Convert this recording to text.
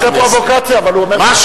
השר מיכאל איתן: לא,